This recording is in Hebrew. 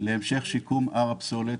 להמשך שיקום של הר הפסולת.